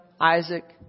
Isaac